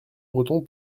breton